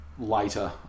later